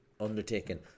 undertaken